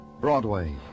Broadway